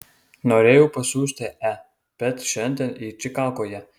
norėjau pasiųsti e bet šiandien ji čikagoje